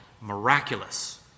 Miraculous